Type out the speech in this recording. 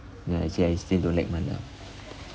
ya actually I still don't like mala